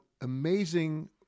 amazing